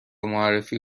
معرفی